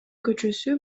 көчөсү